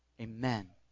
amen